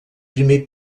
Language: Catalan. primer